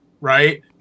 right